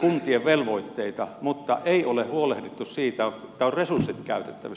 kuntien velvoitteita mutta ei ole huolehdittu siitä että on resurssit käytettävissä